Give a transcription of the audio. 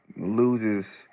loses